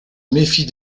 méfie